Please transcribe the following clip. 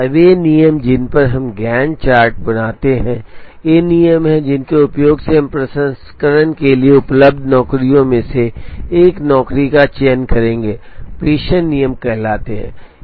अब ये नियम जिन पर हम Gantt चार्ट बनाते हैं ये नियम हैं जिनके उपयोग से हम प्रसंस्करण के लिए उपलब्ध नौकरियों में से एक नौकरी का चयन करेंगे प्रेषण नियम कहलाते हैं